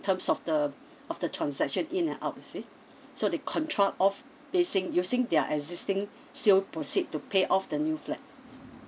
terms of the of the transaction in and out you see so they contra off basing using their existing sale proceed to pay off the new flat